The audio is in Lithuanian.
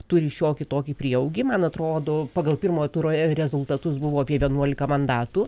turi šiokį tokį prieaugį man atrodo pagal pirmojo turo re rezultatus buvo apie vienuolika mandatų